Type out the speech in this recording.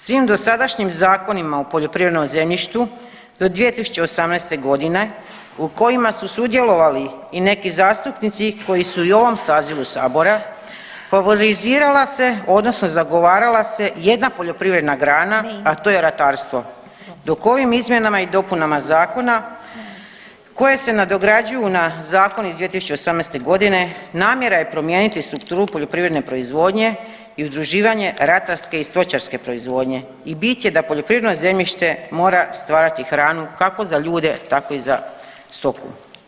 Svim dosadašnjim zakonima o poljoprivrednom zemljištu do 2018. godine u kojima su sudjelovali i neki zastupnici koji su i u ovom sazivu sabora favorizirala se odnosno zagovarala se jedna poljoprivredna grana, a to je ratarstvo dok ovim izmjenama i dopunama zakona koje se nadograđuju na zakon iz 2018. godine namjera je promijeniti strukturu poljoprivredne proizvodnje i udruživanje ratarske i stočarske proizvodnje i bit je da poljoprivredno zemljište mora stvarati hranu kako za ljude tako i za stoku.